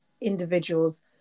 individuals